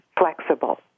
flexible